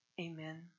Amen